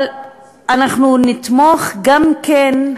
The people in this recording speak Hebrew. אבל אנחנו נתמוך גם כן,